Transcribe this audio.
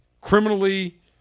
criminally